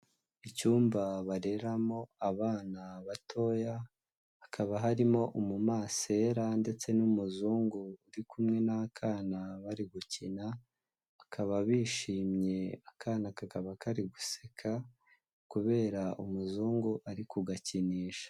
Icyumba bareramo abana batoya, hakaba harimo umumasera ndetse n'umuzungu uri kumwe n'akana bari gukina, bakaba bishimye, akana kakaba kari guseka kubera umuzungu ari kugakinisha.